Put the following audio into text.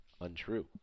untrue